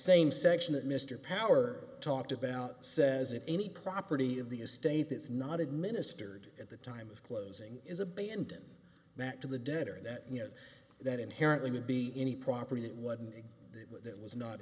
same section that mr power talked about says if any property of the estate is not administered at the time of closing is abandon that to the debtor that you know that inherently would be any property that wouldn't that was not